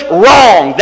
wrong